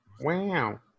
Wow